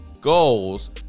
goals